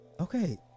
Okay